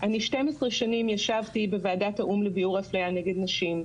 אני 12 שנים ישבתי בוועדת האו"ם לביעור אפליה נגד נשים,